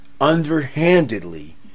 underhandedly